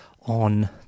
on